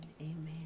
Amen